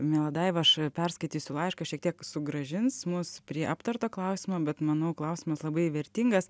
miela daiva aš perskaitysiu laišką šiek tiek sugrąžins mus prie aptarto klausimo bet manau klausimas labai vertingas